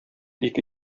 ике